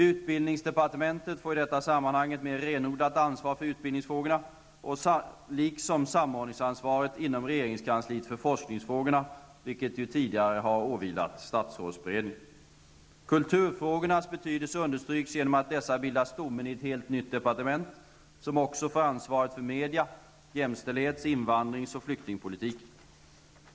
Utbildningsdepartementet får i detta sammanhang ett mer renodlat ansvar för utbildningsfrågorna liksom samordningsansvaret inom regeringskansliet för forskningsfrågorna, vilket tidigare har åvilat statsrådsberedningen. Kulturfrågornas betydelse understryks genom att dessa bildar stommen i ett helt nytt departement, som också får ansvaret för media-, jämställdhets-, invandrings och flyktingpolitiken.